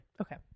Okay